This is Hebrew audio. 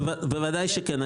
בוודאי שכן.